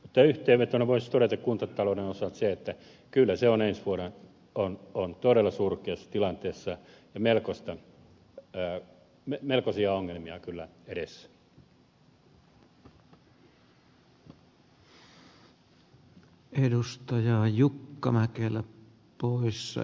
mutta yhteenvetona voisi todeta kuntatalouden osalta sen että kyllä se ensi vuonna on todella surkeassa tilanteessa ja melkoisia ongelmia kyllä edessä